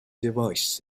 device